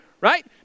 Right